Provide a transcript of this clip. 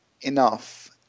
enough